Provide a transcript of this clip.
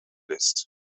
list